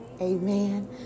Amen